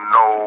no